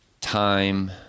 time